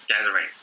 gathering